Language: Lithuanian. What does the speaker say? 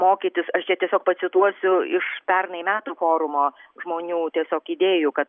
mokytis aš čia tiesiog pacituosiu iš pernai metų forumo žmonių tiesiog idėjų kad